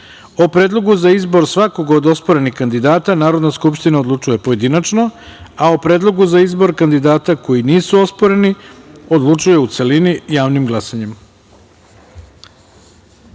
predlogu za izbor osporenih kandidata Narodna skupština odlučuje pojedinačno, a o predlogu za izbor kandidata koji nisu osporeni odlučuje u celini, javnim glasanjem.“Tako